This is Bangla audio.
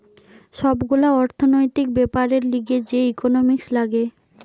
সব গুলা অর্থনৈতিক বেপারের লিগে যে ইকোনোমিক্স লাগে